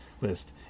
list